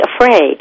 afraid